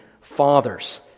fathers